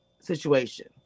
Situation